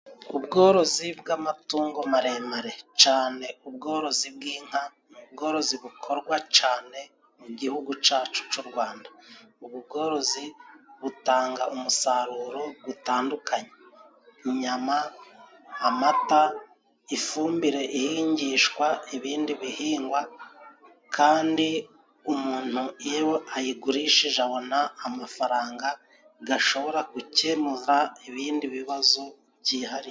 Ubworozi bw'amatungo maremare cane ubworozi bw'inka, ubworozi bukorwa cane mu gihugu cacu c'u Rwanda; ubu bworozi butanga umusaruro gutandukanye inyama, amata, ifumbire ihingishwa ibindi bihingwa. Kandi umuntu iyo ayigurishije, abona amafaranga gashobora gukemura ibindi bibazo byihariye.